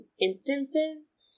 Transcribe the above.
instances